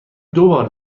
دوبار